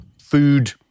food